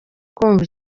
kumva